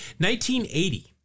1980